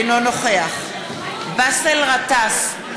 אינו נוכח באסל גטאס,